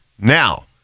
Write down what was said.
now